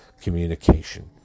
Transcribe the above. communication